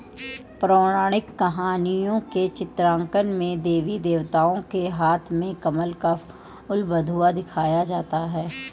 पौराणिक कहानियों के चित्रांकन में देवी देवताओं के हाथ में कमल का फूल बहुधा दिखाया जाता है